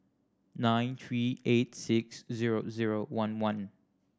nine three eight six zero zero one one